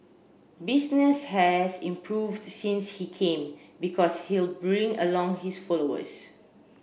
business has improved since he came because he'll bring along his followers